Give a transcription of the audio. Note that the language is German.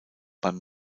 beim